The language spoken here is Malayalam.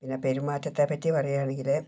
പിന്നെ പെരുമാറ്റത്തെ പറ്റി പറയുവാണെങ്കിൽ